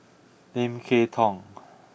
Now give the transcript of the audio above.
Lim Kay Tong